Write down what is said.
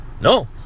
No